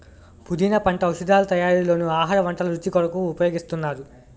పుదీనా పంట ఔషధాల తయారీలోనూ ఆహార వంటల రుచి కొరకు ఉపయోగిస్తున్నారు